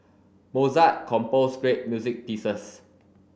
Mozart composed great music pieces